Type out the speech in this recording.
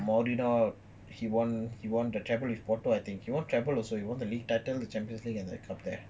mourinho he won the treble with porto I think he won treble also he won the league title the champions league and the cup